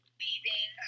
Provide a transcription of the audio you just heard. leaving